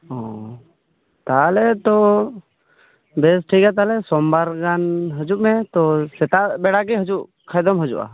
ᱚᱻ ᱛᱟᱦᱚᱞᱮ ᱛᱚ ᱵᱮᱥ ᱴᱷᱤᱠ ᱜᱮᱭᱟ ᱛᱟᱦᱚᱞᱮ ᱥᱚᱢᱵᱟᱨ ᱜᱟᱱ ᱦᱤᱡᱩᱜ ᱢᱮ ᱛᱚ ᱥᱮᱛᱟᱜ ᱵᱮᱲᱟ ᱜᱮ ᱦᱤᱡᱩᱜ ᱠᱷᱟᱱ ᱫᱚᱢ ᱦᱤᱡᱩᱜᱼᱟ